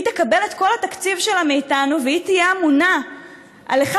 היא תקבל את כל התקציב שלה מאיתנו והיא תהיה אמונה על אחד